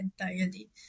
entirely